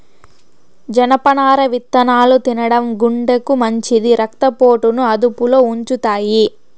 జనపనార విత్తనాలు తినడం గుండెకు మంచిది, రక్త పోటును అదుపులో ఉంచుతాయి